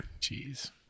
jeez